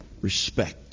respect